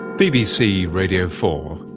bbc radio four,